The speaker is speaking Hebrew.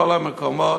בכל המקומות,